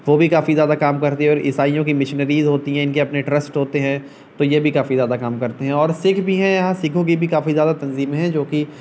وہ بھی کافی زیادہ کام کرتی ہے اور عیسائیوں کی مشنریز ہوتی ہیں ان کے اپنے ٹرسٹ ہوتے ہیں تو یہ بھی کافی زیادہ کام کرتے ہیں اور سکھ بھی ہیں یہاں سکھوں کی بھی کافی زیادہ تنظیمیں ہیں جو کہ